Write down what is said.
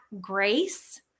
grace